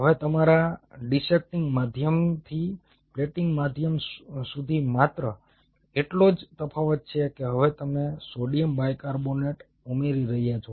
હવે તમારા ડિસેક્ટીંગ માધ્યમથી પ્લેટિંગ માધ્યમ સુધી માત્ર એટલો જ તફાવત છે કે હવે તમે સોડિયમ બાયકાર્બોનેટ ઉમેરી રહ્યા છો